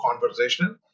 conversational